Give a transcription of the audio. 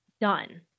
done